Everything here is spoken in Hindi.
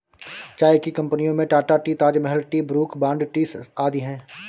चाय की कंपनियों में Tata tea, Taj Mahal tea, Brooke Bond tea आदि है